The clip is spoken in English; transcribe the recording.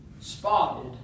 spotted